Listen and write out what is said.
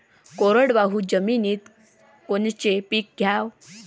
कोरडवाहू जमिनीत कोनचं पीक घ्याव?